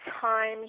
time